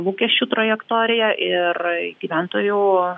lūkesčių trajektoriją ir gyventojų